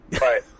Right